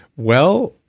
well,